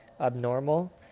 abnormal